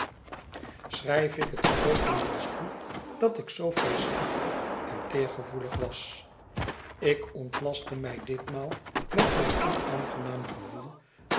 schrijf ik het grootendeels toe dat ik zoo vreesachtig en teergevoelig was ik ontlastte mij ditmaal van mijn onaangenaam gevoel